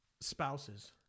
spouses